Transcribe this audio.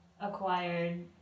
acquired